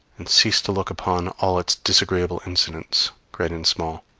and cease to look upon all its disagreeable incidents, great and small,